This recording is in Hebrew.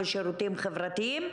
של מינהל שירותים אישיים וחברתיים.